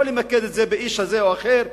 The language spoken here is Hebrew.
לא למקד את זה באיש כזה או אחר.